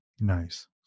Nice